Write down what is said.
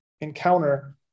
encounter